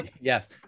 Yes